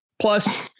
Plus